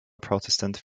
protestant